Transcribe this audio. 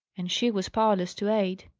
and she was powerless to aid.